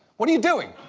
what are you doing?